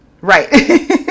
Right